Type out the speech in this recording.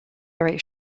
very